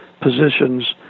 positions